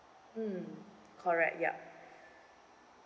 mm correct yup